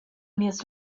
nies